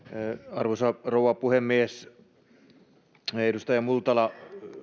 arvoisa rouva puhemies edustaja multala